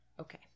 Okay